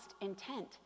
intent